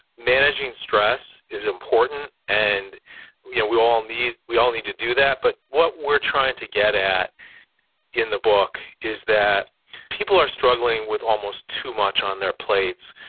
managing stress is important and you know we all need we all need to do that. but what we're trying to get at in the book is that people are struggling with almost too much on their plates,